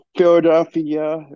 Philadelphia